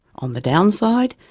on the down side,